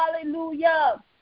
Hallelujah